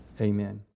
Amen